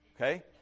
okay